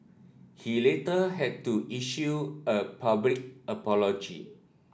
he later had to issue a public apology